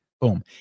Boom